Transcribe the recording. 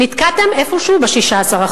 נתקעתם איפשהו ב-16%.